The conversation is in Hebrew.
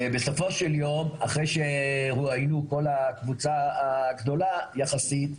ובסופו של יום אחרי שרואיינה כל הקבוצה הגדולה יחסית,